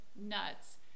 nuts